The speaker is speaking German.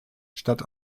statt